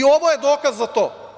Ovo je dokaz za to.